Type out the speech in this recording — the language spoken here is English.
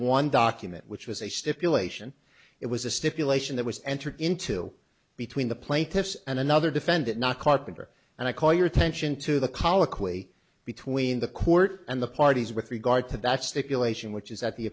one document which was a stipulation it was a stipulation that was entered into between the plaintiffs and another defendant not carpenter and i call your attention to the colloquy between the court and the parties with regard to that stipulation which is at the